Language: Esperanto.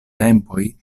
tempoj